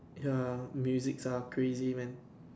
ya musics are crazy man